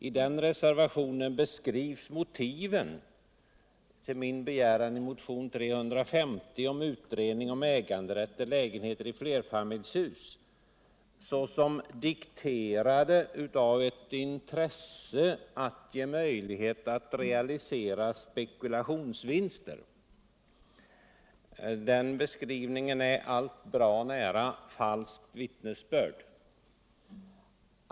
I den reservationen beskrivs motiven till min begäran i motion nr 350 om utredning om äganderätt till lägenheter i flerfamiljshus som dikterade av ett intresse att ge möjlighet att realisera spekulationsvinster. Den beskrivningen är allt bra nära falskt vittnesbörd.